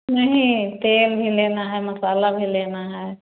नहीं तेल भी लेना है मसाला भी लेना है